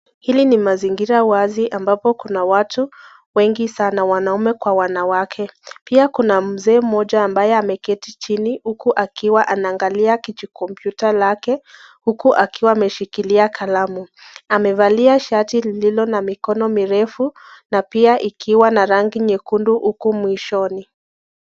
Hili ni mazingira wazi ambapo kuna watu wengi sana wanaume kwa wanawake pia kuna mzee mmoja ambaye ameketi chini huku akiwa anaangalia kiji(cs) computer (cs) lake huku akiwa ameshikilia kalamu ,amevalia shati lililo na mikono mirefu na pia ikiwa na rangi nyekundu huku mwishoni.